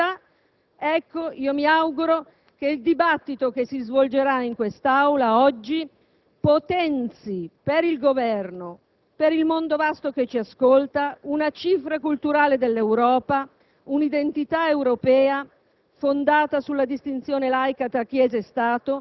religiosa impregnata di ragionevolezza e umanità, mi auguro allora che il dibattito che si svolgerà in quest'Aula oggi potenzi, per il Governo e per il mondo vasto che ci ascolta, una cifra culturale dell'Europa, un'identità europea